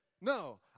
No